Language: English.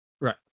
right